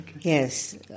Yes